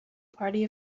party